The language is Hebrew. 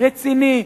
רציני,